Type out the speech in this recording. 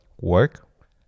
work